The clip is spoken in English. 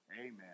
Amen